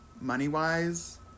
money-wise